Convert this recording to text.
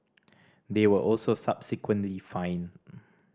they were also subsequently fined